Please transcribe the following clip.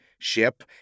ship